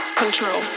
control